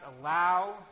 allow